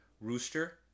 rooster